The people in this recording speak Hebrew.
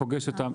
פוגש אותם.